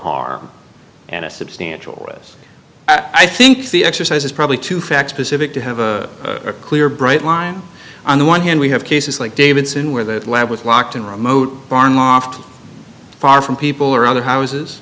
harm and a substantial us i think the exercise is probably too fact specific to have a clear bright line on the one hand we have cases like davidson where the lab with locked in remote barn loft far from people or other houses